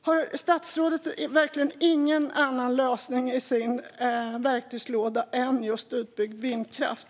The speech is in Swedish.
Har statsrådet verkligen ingen annan lösning i sin verktygslåda än just utbyggd vindkraft?